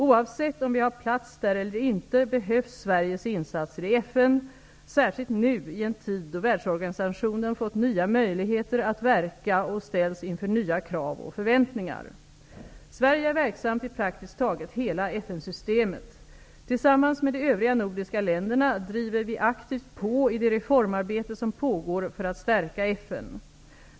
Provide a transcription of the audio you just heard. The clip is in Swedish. Oavsett om vi har plats där eller inte, behövs Sveriges insatser i FN -- särskilt nu i en tid då världsorganisationen fått nya möjligheter att verka och ställs inför nya krav och förväntningar. Sverige är verksamt i praktiskt taget hela FN systemet. Tillsammans med de övriga nordiska länderna driver vi aktivt på i det reformarbete som pågår för att stärka FN.